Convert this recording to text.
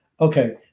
Okay